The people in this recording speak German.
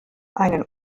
einen